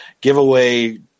giveaway